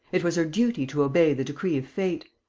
it was her duty to obey the decree of fate.